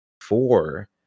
four